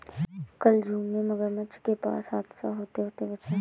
कल जू में मगरमच्छ के पास हादसा होते होते बचा